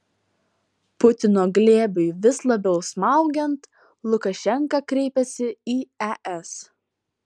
putino glėbiui vis labiau smaugiant lukašenka kreipiasi į es